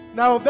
now